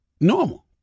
normal